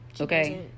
Okay